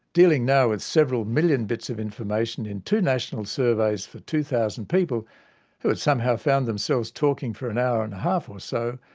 dealing now with several million bits of information in two national surveys for two thousand people who had somehow found themselves talking for an hour and a half or so,